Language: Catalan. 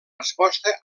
resposta